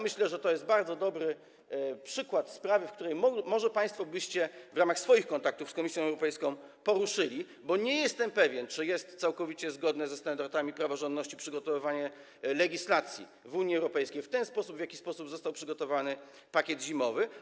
Myślę, że to jest bardzo dobry przykład sprawy, którą może państwo byście w ramach swoich kontaktów z Komisją Europejską poruszyli, bo nie jestem pewien, czy jest całkowicie zgodne ze standardami praworządności przygotowywanie legislacji w Unii Europejskiej w taki sposób, w jaki sposób został przygotowany pakiet zimowy.